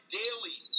daily